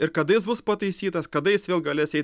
ir kada jis bus pataisytas kada jis vėl galės eiti